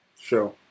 Sure